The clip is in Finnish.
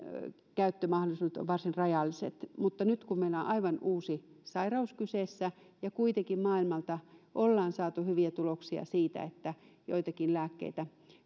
niin käyttömahdollisuudet ovat varsin rajalliset mutta nyt meillä on aivan uusi sairaus kyseessä ja kuitenkin maailmalta ollaan saatu hyviä tuloksia siitä että joitakin lääkkeitä